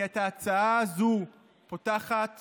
כי ההצעה הזו פותחת